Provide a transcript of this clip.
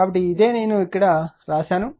కాబట్టి ఇదే నేను ఇక్కడ వ్రాశాను